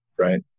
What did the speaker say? Right